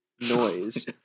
noise